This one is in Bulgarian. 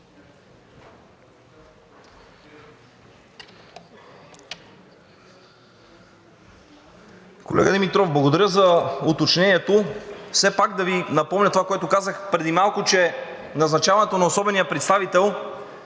Колега Димитров, благодаря за уточнението. Все пак да Ви напомня това, което казах преди малко, че назначаването на особения представител